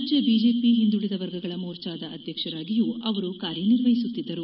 ರಾಜ್ಯ ಬಿಜೆಪಿ ಹಿಂದುಳಿದ ವರ್ಗಗಳ ಮೋರ್ಚಾದ ಅಧ್ಯಕ್ಷರಾಗಿಯೂ ಅವರು ಕಾರ್ಯನಿರ್ವಹಿಸುತ್ತಿದ್ದರು